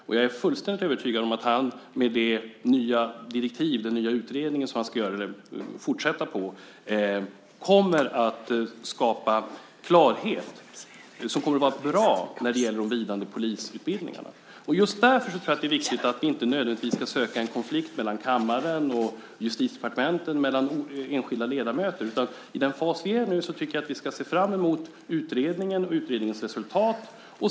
Och jag är fullständigt övertygad om att han med det nya direktivet, den nya utredning som han ska fortsätta med, kommer att skapa klarhet som kommer att vara bra när det gäller de blivande polisutbildningarna. Just därför tror jag att det är viktigt att man inte nödvändigtvis ska söka en konflikt mellan kammaren och Justitiedepartementet och mellan enskilda ledamöter. I den fas som vi nu är tycker jag att vi ska se fram emot utredningen och utredningens resultat.